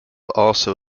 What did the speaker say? also